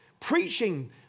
preaching